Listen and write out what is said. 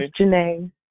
Janae